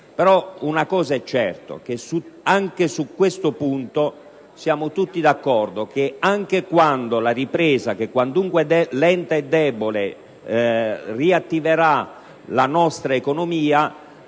però una cosa è certa: anche su questo punto, siamo tutti d'accordo sul fatto che anche quando la ripresa - quantunque lenta e debole - riattiverà la nostra economia,